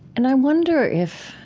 and i wonder if,